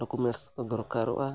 documents ᱠᱚ ᱫᱚᱨᱠᱟᱨᱚᱜᱼᱟ